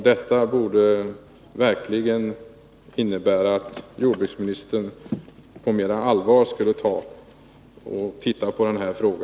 Det borde verkligen innebära att jordbruksministern mer på allvar tar och ser på denna fråga.